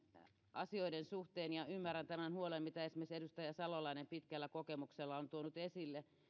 asioiden suhteen ja ymmärrän tämän huolen mitä esimerkiksi edustaja salolainen pitkällä kokemuksellaan on tuonut esille